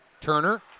Turner